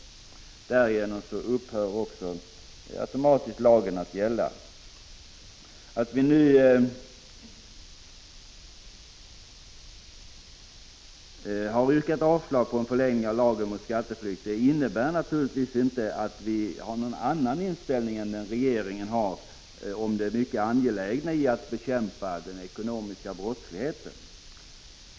Om vårt yrkande bifalls upphör lagen automatiskt att gälla den 31 december 1985. Det förhållandet att vi nu yrkar avslag på en förlängning av lagen mot skatteflykt innebär naturligtvis inte att vi intar en annan inställning än Prot. 1985/86:49 regeringen till det mycket angelägna i att bekämpa den ekonomiska 11 december 1985 brottsligheten.